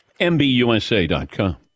MBUSA.com